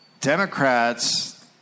Democrats